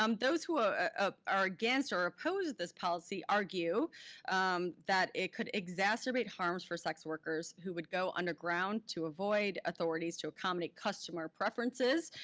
um those who ah ah are against or oppose this policy argue that it could exacerbate harms for sex workers who would go underground to avoid authorities to accommodate customer preferences.